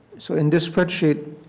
so in this spreadsheet